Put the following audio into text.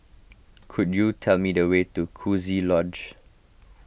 could you tell me the way to Coziee Lodge